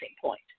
point